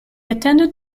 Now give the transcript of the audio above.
attended